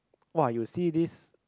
!woah! you see this